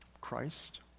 Christ